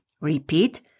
Repeat